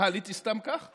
אה, עליתי סתם כך?